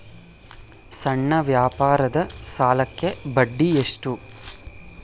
ಸಣ್ಣ ವ್ಯಾಪಾರದ ಸಾಲಕ್ಕೆ ಬಡ್ಡಿ ಎಷ್ಟು?